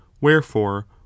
wherefore